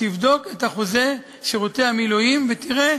תבדוק את אחוזי משרתי המילואים ותראה,